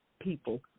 people